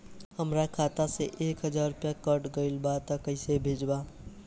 हमार खाता से एक हजार रुपया कट गेल बा त कइसे भेल बा?